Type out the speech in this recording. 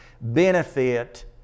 benefit